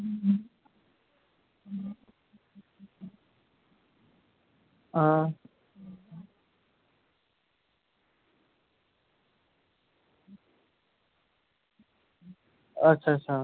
हां अच्छा अच्छा